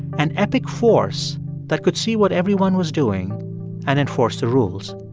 an epic force that could see what everyone was doing and enforce the rules.